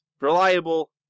reliable